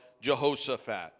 Jehoshaphat